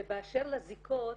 ובאשר לזיקות,